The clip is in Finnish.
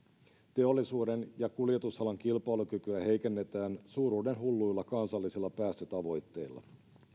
teollisuuden ja kuljetusalan kilpailukykyä heikennetään suuruudenhulluilla kansallisilla päästötavoitteilla